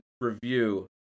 review